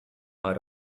are